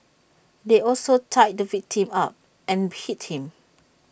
they also tied the victim up and hit him